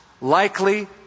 likely